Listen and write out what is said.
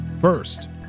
First